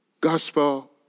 gospel